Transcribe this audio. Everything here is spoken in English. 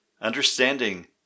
Understanding